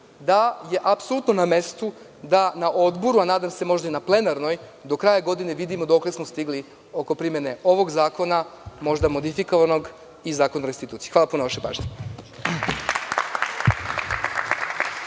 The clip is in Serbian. da je apsolutno na mestu da na odboru, a nadam se možda i na plenarnoj sednici do kraja godine vidimo dokle smo stigli oko primene ovog zakona, možda modifikovanog i Zakona o restituciji. Hvala puno na vašoj pažnji.